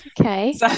Okay